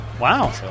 wow